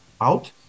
out